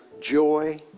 joy